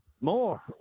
More